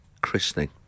christening